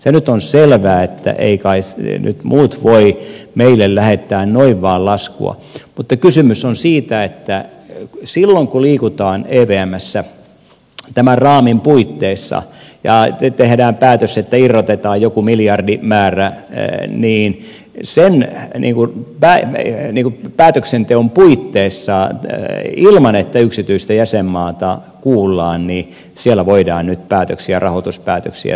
se nyt on selvää että eivät kai muut voi noin vain lähettää meille laskua mutta kysymys on siitä että silloin kun liikutaan evmssä tämän raamin puitteissa ja tehdään päätös että irrotetaan joku miljardimäärä niin sen päätöksenteon puitteissa voidaan nyt tehdä rahoituspäätöksiä ilman että yksityistä jäsenmaata kuullaan niin siellä voidaan nyt päätöksiä rahoituspäätöksiä